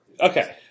okay